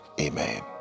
Amen